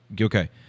okay